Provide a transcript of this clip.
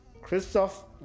Christoph